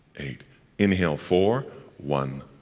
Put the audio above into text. eight inhale, four one,